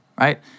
right